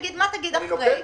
תגיד מה תגיד אחרי.